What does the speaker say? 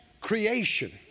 creation